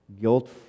Guilt